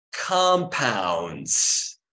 compounds